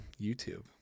YouTube